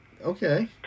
okay